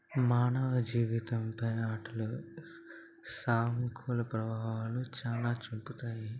మానవ జీవితంపై ఆటలు సానుకూల ప్రవాహాలు చాలా చూపుతాయి